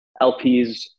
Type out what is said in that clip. LPs